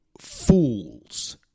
fools